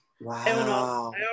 wow